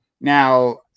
now